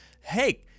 hey